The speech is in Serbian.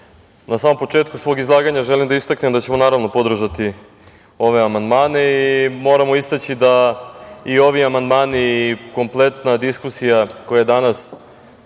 na samom početku svog izlaganja želim da istaknem da ćemo naravno podržati ove amandmane. Moramo istaći da i ovi amandmani i kompletna diskusija koja je danas